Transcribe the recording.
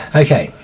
okay